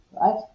right